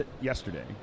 yesterday